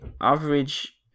average